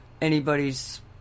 anybody's